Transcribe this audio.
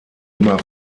immer